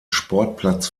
sportplatz